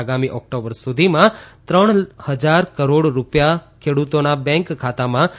આગામી ઓક્ટોબર સુધીમાં ત્રણ હજાર કરોડ રૂપિયા ખેડૂતોના બેંક ખાતામાં જમા કરાશે